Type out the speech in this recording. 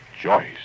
Joyce